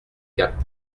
gap